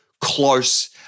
close